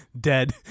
dead